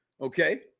Okay